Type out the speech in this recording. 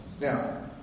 Now